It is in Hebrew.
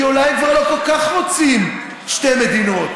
כי אולי הם כבר לא כל כך רוצים שתי מדינות,